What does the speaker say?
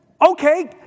okay